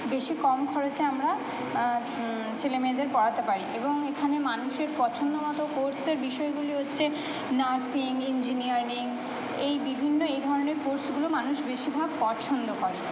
বেশি কম খরচে আমরা ছেলে মেয়েদের পড়াতে পারি এবং এখানে মানুষের পছন্দমতো কোর্সের বিষয়গুলি হচ্ছে নার্সিং ইঞ্জিনিয়ারিং এই বিভিন্ন এই ধরনের কোর্সগুলো মানুষ বেশিরভাগ পছন্দ করে